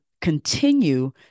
continue